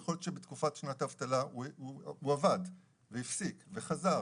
להיות שבתקופת שנת האבטלה הוא עבד, הפסיק וחזר.